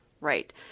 right